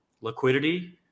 liquidity